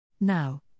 Now